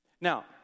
now